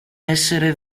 essere